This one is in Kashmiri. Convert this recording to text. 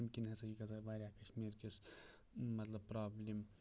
تمہِ کِنۍ ہَسا چھ گَژھان واریاہ کَشمیٖر کِس مطلب پرابلِم